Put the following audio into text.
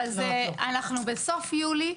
אבל אנחנו בסוף יולי,